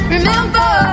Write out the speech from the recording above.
Remember